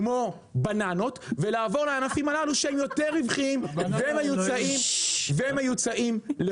כמו בננות ולעבור לענפים הללו שהם יותר רווחיים והם מיוצאים לחו"ל.